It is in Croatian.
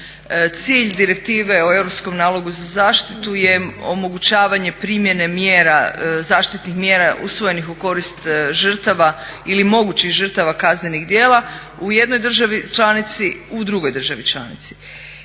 Cilj Direktive o Europskom nalogu za zaštitu je omogućavanje primjene mjera zaštitnih mjera usvojenih u korist žrtava ili mogućih žrtava kaznenih djela u jednoj državi članici, u drugoj državi članici.